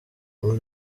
ubu